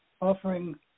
offering